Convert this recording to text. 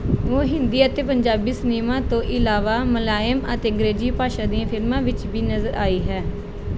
ਉਹ ਹਿੰਦੀ ਅਤੇ ਪੰਜਾਬੀ ਸਿਨੇਮਾ ਤੋਂ ਇਲਾਵਾ ਮਲਾਇਮ ਅਤੇ ਅੰਗਰੇਜ਼ੀ ਭਾਸ਼ਾ ਦੀਆਂ ਫਿਲਮਾਂ ਵਿੱਚ ਵੀ ਨਜ਼ਰ ਆਈ ਹੈ